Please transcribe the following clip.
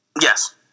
Yes